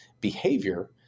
behavior